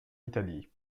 italie